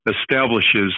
establishes